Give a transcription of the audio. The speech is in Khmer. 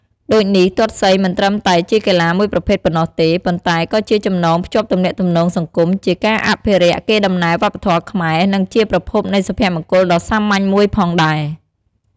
ដូចនេះ ទាត់សីមិនត្រឹមតែជាកីឡាមួយប្រភេទប៉ុណ្ណោះទេ ប៉ុន្តែក៏ជាចំណងភ្ជាប់ទំនាក់ទំនងសង្គម ជាការអភិរក្សកេរដំណែលវប្បធម៌ខ្មែរ និងជាប្រភពនៃសុភមង្គលដ៏សាមញ្ញមួយផងដែរ។